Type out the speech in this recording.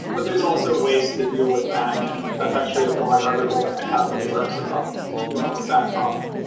but there's also ways to deal with that, and that's actually blog article that i have in the works about dealing with that problem.